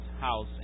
house